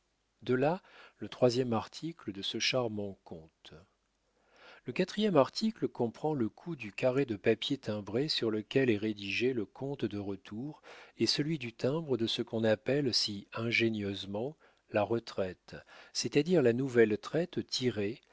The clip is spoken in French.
de là le troisième article de ce charmant compte le quatrième article comprend le coût du carré de papier timbré sur lequel est rédigé le compte de retour et celui du timbre de ce qu'on appelle si ingénieusement la retraite c'est-à-dire la nouvelle traite tirée